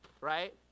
Right